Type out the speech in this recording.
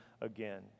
again